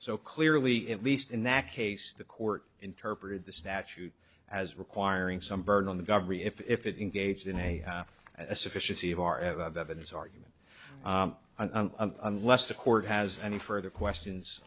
so clearly at least in that case the court interpreted the statute as requiring some burden on the government if it in gauged in a sufficiency of our of evidence argument and unless the court has any further questions